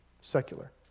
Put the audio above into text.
secular